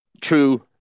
true